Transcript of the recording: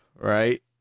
right